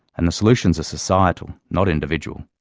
and the solutions are societal not individual.